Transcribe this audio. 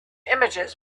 images